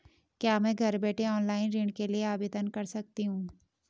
क्या मैं घर बैठे ऑनलाइन ऋण के लिए आवेदन कर सकती हूँ?